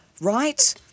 Right